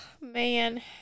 man